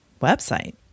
website